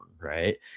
right